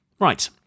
Right